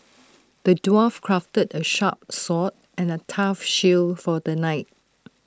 the dwarf crafted A sharp sword and A tough shield for the knight